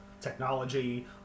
Technology